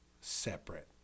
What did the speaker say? separate